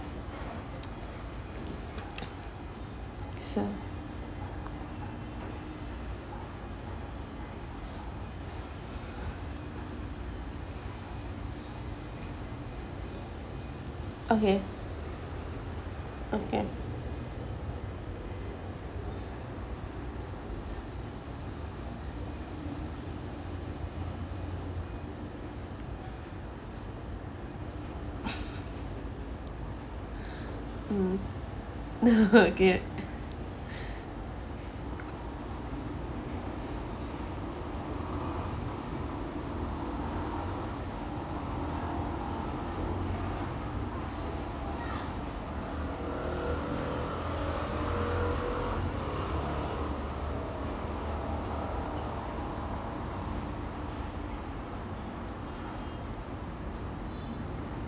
so okay okay mm okay